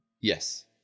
Yes